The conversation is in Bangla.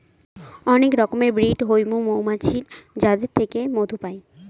অনেক রকমের ব্রিড হৈমু মৌমাছির যাদের থেকে মধু পাই